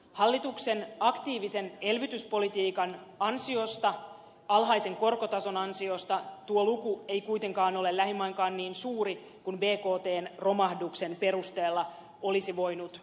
hallituksen aktiivisen elvytyspolitiikan ansiosta alhaisen korkotason ansiosta tuo luku ei kuitenkaan ole lähimainkaan niin suuri kuin bktn romahduksen perusteella olisi voinut pelätä